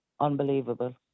Unbelievable